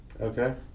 okay